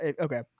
okay